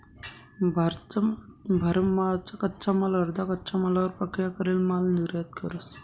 भारत मा कच्चा माल अर्धा कच्चा मालवर प्रक्रिया करेल माल निर्यात करस